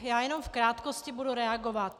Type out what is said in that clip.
Já jenom v krátkosti budu reagovat.